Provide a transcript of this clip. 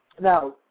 Now